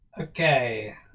Okay